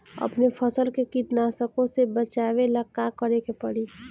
अपने फसल के कीटनाशको से बचावेला का करे परी?